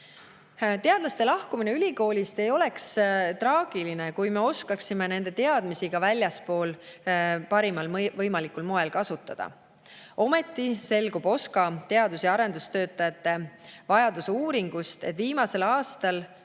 Teadlaste lahkumine ülikoolist ei oleks traagiline, kui me oskaksime nende teadmisi ka väljaspool parimal võimalikul moel kasutada. Ometi selgub OSKA teadus‑ ja arendustöötajate vajaduse uuringust, et viimasel viiel aastal